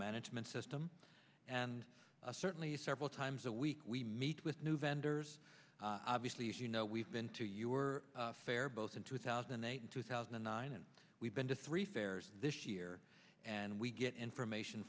management system and certainly several times a week we meet with new vendors obviously as you know we've been to your fair both in two thousand and eight and two thousand and nine and we've been to three fairs this year and we get information